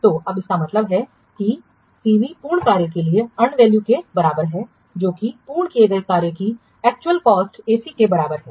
तो अब इसका मतलब है कि सीवी पूर्ण कार्य के लिए अर्नड वैल्यू के बराबर है जो कि पूर्ण किए गए कार्य की एक्चुअल कॉस्ट के बराबर है